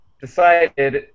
decided